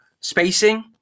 spacing